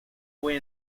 fue